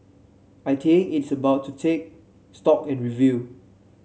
I think it's about to take stock and review